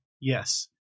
yes